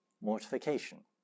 mortification